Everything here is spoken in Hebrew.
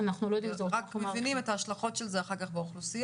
אנחנו רק מבינים את ההשלכות של זה אחר כך באוכלוסייה.